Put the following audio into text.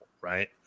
right